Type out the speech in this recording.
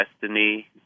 destiny